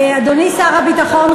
אדוני שר הביטחון,